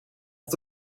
tot